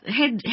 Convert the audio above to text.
head